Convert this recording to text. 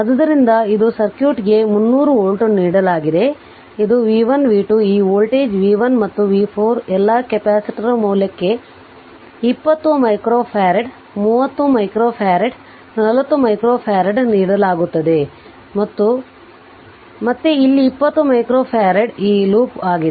ಆದ್ದರಿಂದ ಇದು ಸರ್ಕ್ಯೂಟ್ಗೆ 300 ವೋಲ್ಟ್ ನೀಡಲಾಗಿದೆ ಇದು v1 v2 ಈ ವೋಲ್ಟೇಜ್ v1 ಮತ್ತು v 4 ಎಲ್ಲಾ ಕೆಪಾಸಿಟರ್ ಮೌಲ್ಯಕ್ಕೆ 20 ಮೈಕ್ರೋಫ್ಯಾರಡ್ 30 ಮೈಕ್ರೋಫರಡ್ 40 ಮೈಕ್ರೋಫರಡ್ ನೀಡಲಾಗುತ್ತದೆ ಮತ್ತು ಮತ್ತೆ ಇಲ್ಲಿ 20 ಮೈಕ್ರೊಫ್ಯಾರಡ್ ಈ ಲೂಪ್ ಆಗಿದೆ